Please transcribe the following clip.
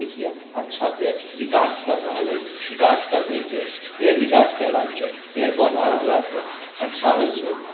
देखिअ अच्छा पेड़ विकास करि रहलै विकास करतै पेड़ पेड़ विकास कएलासँ पेड़ पौधा रहलासँ अच्छा होइ छै